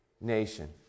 nation